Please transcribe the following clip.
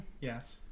Yes